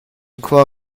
khua